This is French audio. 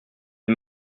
des